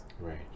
Right